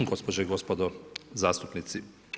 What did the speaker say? Gospođe i gospodo zastupnici.